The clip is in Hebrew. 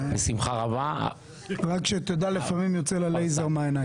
רק שתדע, לפעמים יוצא לה לייזר מהעיניים.